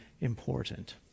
important